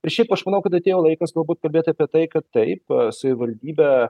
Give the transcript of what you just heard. ir šiaip aš manau kad atėjo laikas galbūt kalbėt apie tai kad taip kad savivaldybė